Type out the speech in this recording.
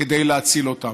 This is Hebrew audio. כדי להציל אותם.